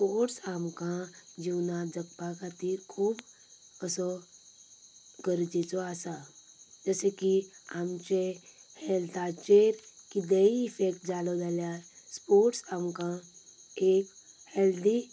sports आमकां जिवनात जगपां खातीर खूब असो गरजेचो आसा जशें किआमचें हेल्थाचेर किदेंय इफेक्ट जालो जाल्यार स्पोर्टस आमकां एक हेल्दी